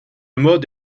mode